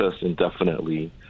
indefinitely